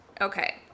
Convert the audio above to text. Okay